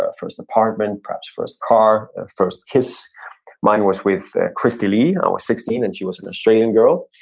ah first apartment, perhaps first car, first kiss mine was with christie lee, i was sixteen and she was an australian girl.